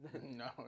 No